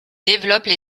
développent